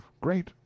great